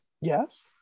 Yes